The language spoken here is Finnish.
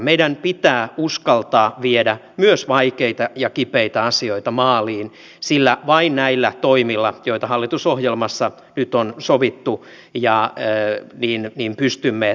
meidän pitää uskaltaa viedä myös vaikeita ja kipeitä asioita maaliin sillä vain näillä toimilla joita hallitusohjelmassa nyt on sovittu pystymme taittamaan tuon velkaantumisen